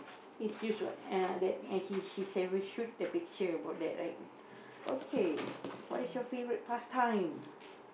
his use what ya that and he's he's ever shoot the picture about that like okay what is your favourite pastime